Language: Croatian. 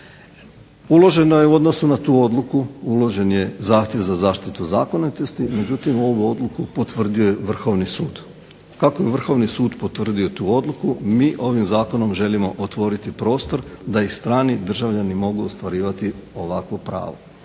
Uložen je u odnosu na tu odluku zahtjev za zaštitu zakonitosti, međutim ovu odluku potvrdio je Vrhovni sud. Kako je Vrhovni sud potvrdio tu odluku mi ovim zakonom želimo otvoriti prostor da i strani državljani mogu ostvarivati ovakvo pravo.